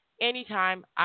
Anytime